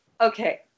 Okay